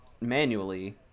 manually